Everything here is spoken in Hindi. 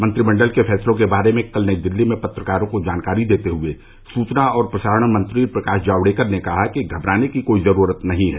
मंत्रिमंडल के फैसलों के बारे में कल नई दिल्ली में पत्रकारों को जानकारी देते हुए सूचना और प्रसारण मंत्री प्रकाश जावड़ेकर ने कहा कि घबराने की कोई जरूरत नहीं है